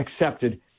accepted